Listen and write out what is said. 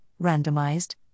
Randomized